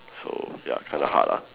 so ya kind of hard ah